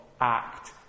act